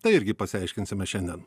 tai irgi pasiaiškinsime šiandien